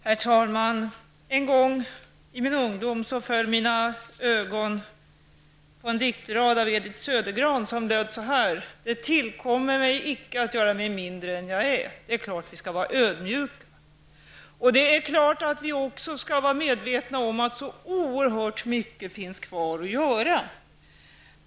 Herr talman! En gång i min ungdom föll mina ögon på en diktrad av Edith Södergran: Det tillkommer mig icke att göra mig mindre än jag är. Det är klart att vi skall vara ödmjuka. Det är klart att vi också skall vara medvetna om att oerhört mycket finns kvar att göra.